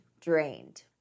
drained